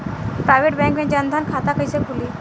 Private bank मे जन धन खाता कैसे खुली?